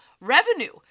revenue